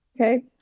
Okay